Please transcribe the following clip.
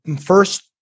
first